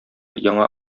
яңа